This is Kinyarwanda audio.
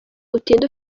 utinda